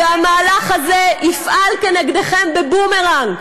והמהלך הזה יפעל כנגדכם בבומרנג.